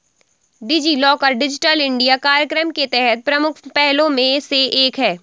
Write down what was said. DigiLocker digital India कार्यक्रम के तहत प्रमुख पहलों में से एक है